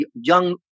young